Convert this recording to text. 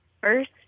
first